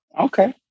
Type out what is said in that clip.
Okay